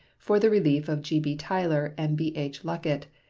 for the relief of g b. tyler and b h. luckett,